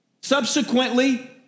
subsequently